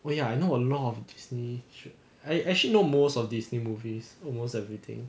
oh ya I know a lot of disney actually know most of disney movies almost everything